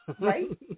Right